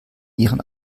ihren